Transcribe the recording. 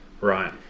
Right